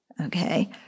Okay